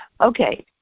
Okay